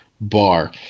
Bar